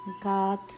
God